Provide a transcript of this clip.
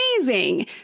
amazing